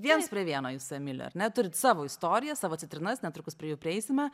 viens prie vieno jūs su emiliu ar ne turit savo istoriją savo citrinas netrukus prie jų prieisime